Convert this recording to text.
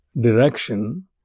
direction